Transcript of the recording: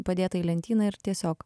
padėta į lentyną ir tiesiog